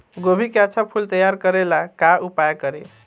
गोभी के अच्छा फूल तैयार करे ला का उपाय करी?